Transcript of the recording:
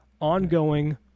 ongoing